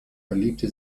verliebte